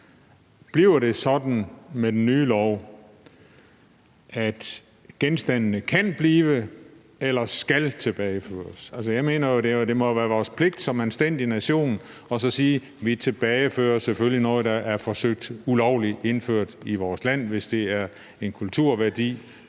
Bliver det sådan med den nye lov, at genstandene kan eller skal tilbageføres? Altså, jeg mener jo, at det må være vores pligt som en anstændig nation at sige, at vi selvfølgelig tilbagefører noget, der er forsøgt ulovligt indført i vores land, hvis det er en kulturværdi